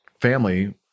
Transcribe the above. family